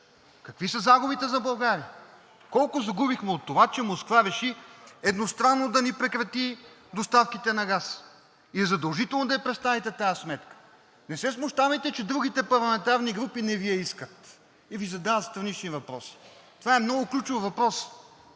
Какви са загубите за България? Колко загубихме от това, че Москва реши едностранно да ни прекрати доставките на газ? И е задължително да я представите тази сметка. Не се смущавайте, че другите парламентарни групи не Ви я искат и Ви задават странични въпроси. Това е много ключов въпрос,